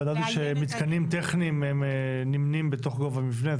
ידעתי שמתקנים טכניים נמנים בתוך גובה מבנה,